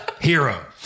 Hero